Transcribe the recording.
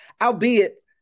albeit